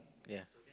ya